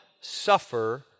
suffer